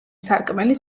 სარკმელი